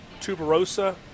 tuberosa